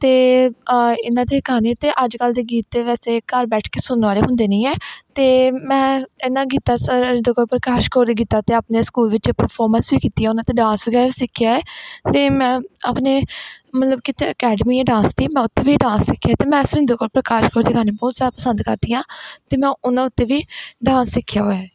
ਅਤੇ ਇਹਨਾਂ ਦੇ ਗਾਣੇ 'ਤੇ ਅੱਜ ਕੱਲ੍ਹ ਦੇ ਗੀਤ ਅਤੇ ਵੈਸੇ ਘਰ ਬੈਠ ਕੇ ਸੁਣਨ ਵਾਲੇ ਹੁੰਦੇ ਨਹੀਂ ਹੈ ਅਤੇ ਮੈਂ ਇਹਨਾਂ ਗੀਤਾਂ ਜਿੱਦਾਂ ਪ੍ਰਕਾਸ਼ ਕੌਰ ਦੇ ਗੀਤਾਂ 'ਤੇ ਆਪਣੇ ਸਕੂਲ ਵਿੱਚ ਪਰਫੋਰਮੈਂਸ ਵੀ ਕੀਤੀ ਉਹਨਾਂ 'ਤੇ ਡਾਂਸ ਵਗੈਰਾ ਸਿੱਖਿਆ ਹੈ ਅਤੇ ਮੈਂ ਆਪਣੇ ਮਤਲਬ ਕਿਤੇ ਅਕੈਡਮੀ ਹੈ ਡਾਂਸ ਦੀ ਮੈਂ ਉੱਥੇ ਵੀ ਡਾਂਸ ਸਿੱਖਿਆ ਅਤੇ ਮੈਂ ਸੁਰਿੰਦਰ ਕੌਰ ਪ੍ਰਕਾਸ਼ ਕੌਰ ਦੇ ਗਾਣੇ ਬਹੁਤ ਜ਼ਿਆਦਾ ਪਸੰਦ ਕਰਦੀ ਹਾਂ ਅਤੇ ਮੈਂ ਉਹਨਾਂ ਉੱਤੇ ਵੀ ਡਾਂਸ ਸਿੱਖਿਆ ਹੋਇਆ